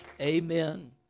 Amen